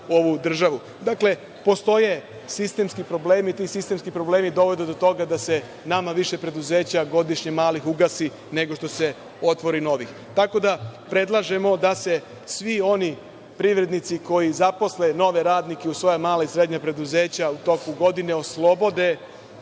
državu. Dakle, postoje sistemski problemi, a ti sistemski problemi dovode do toga da se nama više preduzeća godišnje, malih ugasi, nego što se otvori novih. Tako da predlažemo da se svi oni privrednici koji zaposle nove radnike u svoja mala i srednja preduzeća, u toku godine, oslobode,